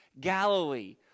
Galilee